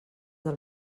del